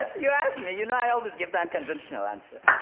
you asked me. you know i always give the unconventional answer.